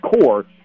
core